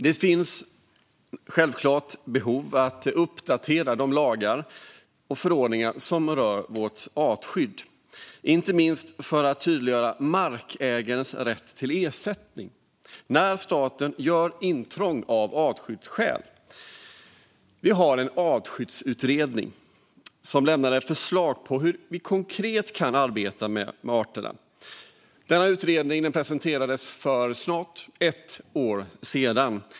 Det finns självklart ett behov av att uppdatera de lagar och förordningar som rör vårt artskydd, inte minst för att tydliggöra markägarens rätt till ersättning när staten gör intrång av artskyddsskäl. Artskyddsutredningen har lämnat förslag på hur vi konkret kan arbeta med arterna. Utredningen presenterades för snart ett år sedan.